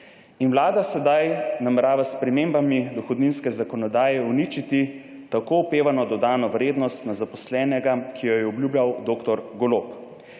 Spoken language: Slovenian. Vlada sedaj namerava s spremembami dohodninske zakonodaje uničiti tako opevano dodano vrednost na zaposlenega, ki jo je obljubljal dr. Golob.